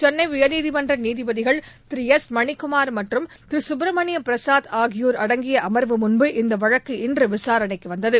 சென்னை உயர்நீதிமன்ற நீதிபதிகள் திரு எஸ் மணிக்குமார் மற்றும் திரு சுப்பிரமணிய பிரசாத் ஆகியோர் அடங்கிய அமர்வுமுன் இந்த வழக்கு இன்று விசாரணைக்கு வந்தது